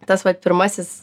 tas vat pirmasis